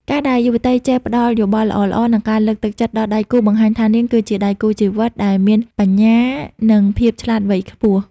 ការដែលយុវតីចេះ "ផ្ដល់យោបល់ល្អៗ និងការលើកទឹកចិត្ត" ដល់ដៃគូ បង្ហាញថានាងគឺជាដៃគូជីវិតដែលមានបញ្ញា និងភាពឆ្លាតវៃខ្ពស់។